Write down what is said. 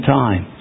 time